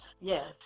Yes